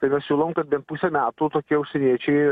tai mes siūlom kad bent pusę metų tokie užsieniečiai